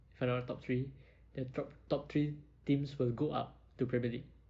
if I'm not wrong top three their top top three teams will go up to premier league